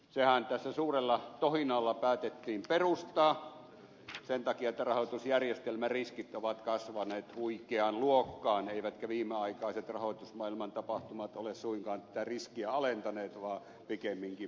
sehän tässä suurella tohinalla päätettiin perustaa sen takia että rahoitusjärjestelmäriskit ovat kasvaneet huikeaan luokkaan eivätkä viimeaikaiset rahoitusmaailman tapahtumat ole suinkaan tätä riskiä alentaneet vaan pikemminkin merkittävästi lisänneet